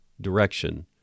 direction